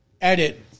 edit